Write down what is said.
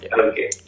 okay